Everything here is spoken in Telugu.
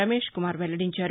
రమేష్ కుమార్ వెల్లడించారు